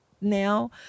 now